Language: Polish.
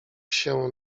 się